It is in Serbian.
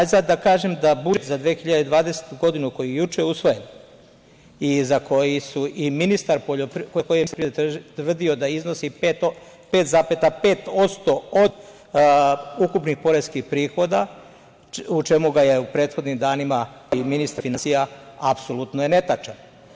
Najzad da kažem da budžet za 2020. godinu, koji je juče usvojen i za koji je ministar poljoprivrede tvrdio da iznosi 5,5% od ukupnih poreskih prihoda, o čemu ga je u prethodnim danima podržavao i ministar finansija, apsolutno je netačan.